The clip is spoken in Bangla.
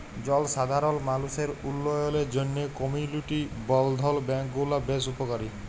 জলসাধারল মালুসের উল্ল্যয়লের জ্যনহে কমিউলিটি বলধ্ল ব্যাংক গুলা বেশ উপকারী